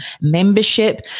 membership